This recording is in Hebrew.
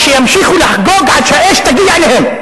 שימשיכו לחגוג עד שהאש תגיע אליהם.